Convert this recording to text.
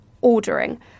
ordering